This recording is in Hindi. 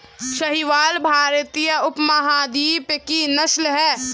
साहीवाल भारतीय उपमहाद्वीप की नस्ल है